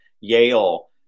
Yale